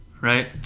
right